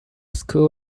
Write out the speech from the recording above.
school